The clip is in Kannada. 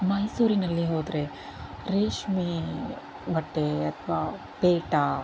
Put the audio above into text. ಮೈಸೂರಿನಲ್ಲಿ ಹೋದರೆ ರೇಷ್ಮೆ ಬಟ್ಟೆ ಅಥವಾ ಪೇಟ